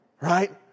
right